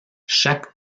chaque